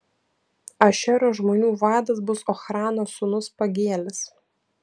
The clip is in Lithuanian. ašero žmonių vadas bus ochrano sūnus pagielis